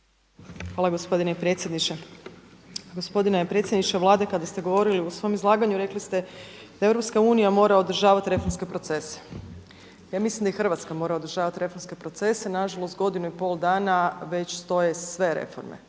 Hvala gospodine predsjedniče. Gospodine predsjedniče Vlade, kada ste govorili u svom izlaganju rekli ste da EU mora održavati reformske procese. Ja mislim da i Hrvatska mora održavati reformske procese, nažalost godinu i pol dana već stoje sve reforme.